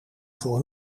voor